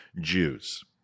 Jews